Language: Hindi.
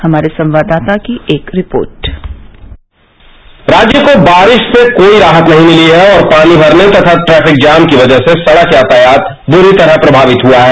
हमारे संवाददाता की एक रिपोर्ट राज्य को बारिश से कोई राहत नहीं मिली है और पानी भरने तथा ट्रैफिक जाम की वजह से सड़क यातायात दूरी तरह प्रभावित हुआ है